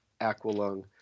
Aqualung